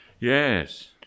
yes